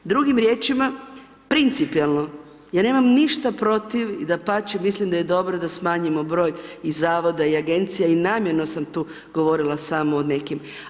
Drugim riječima, principijelno, ja nemam ništa protiv i dapače mislim da je dobro da smanjimo broj i zavoda i agencija i namjerno sam tu govorila samo o nekim.